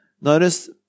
notice